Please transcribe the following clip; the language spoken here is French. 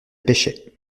pêchait